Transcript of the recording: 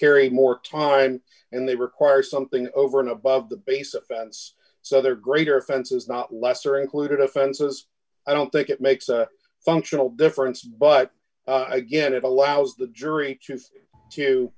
carry more time and they require something over and above the base offense so there are greater offenses not lesser included offenses i don't think it makes a functional difference but again it allows the jury to